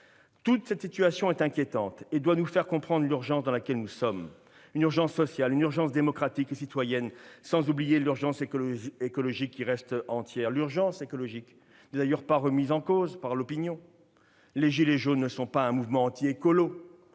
calme. Cette situation est inquiétante et doit nous faire comprendre l'urgence dans laquelle nous sommes : une urgence sociale, une urgence démocratique et citoyenne, sans oublier l'urgence écologique, qui reste entière. L'urgence écologique n'est d'ailleurs pas remise en cause par l'opinion. Les « gilets jaunes » ne sont pas un mouvement « anti-écolo